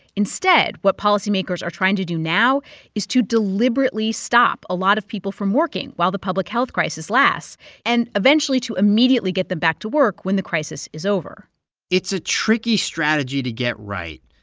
instead, what policymakers are trying to do now is to deliberately stop a lot of people from working while the public health crisis lasts and eventually to immediately get them back to work when the crisis is over it's a tricky strategy to get right.